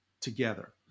together